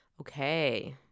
Okay